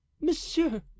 monsieur